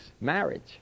Marriage